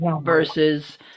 versus